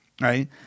right